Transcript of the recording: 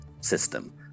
system